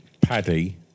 Paddy